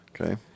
okay